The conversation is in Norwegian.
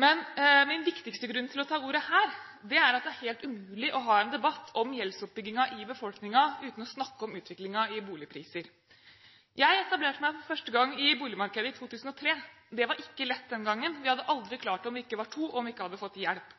Men min viktigste grunn til å ta ordet her, er at det er helt umulig å ha en debatt om gjeldsoppbyggingen i befolkningen uten å snakke om utviklingen i boligpriser. Jeg etablerte meg for første gang i boligmarkedet i 2003. Det var ikke lett den gangen. Vi hadde aldri klart det om vi ikke var to, og om vi ikke hadde fått hjelp.